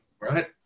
right